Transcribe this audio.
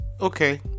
okay